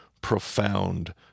profound